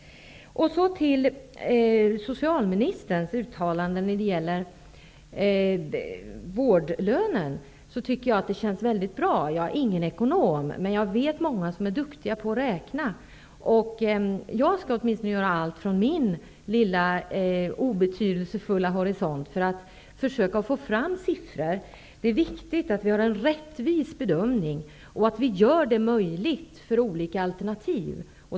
Så till socialministerns uttalande när det gäller vårdlönen. Jag tycker att det känns väldigt bra. Jag är ingen ekonom, men jag känner många som är duktiga på att räkna. Jag skall åtminstone göra allt från min lilla obetydelsefulla horisont för att försöka få fram siffror. Det är viktigt att vi gör en rättvis bedömning och att vi öppnar möjligheter för olika alternativ.